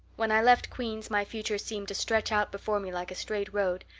when i left queen's my future seemed to stretch out before me like a straight road.